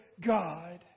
God